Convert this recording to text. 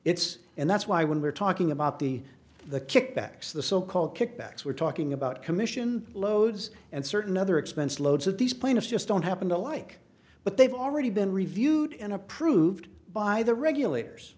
it's and that's why when we're talking about the the kickbacks the so called kickbacks we're talking about commission loads and certain other expenses loads of these plaintiffs just don't happen to like but they've already been reviewed and approved by the regulators